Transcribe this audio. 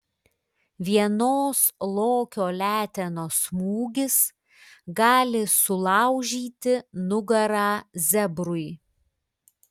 vienos lokio letenos smūgis gali sulaužyti nugarą zebrui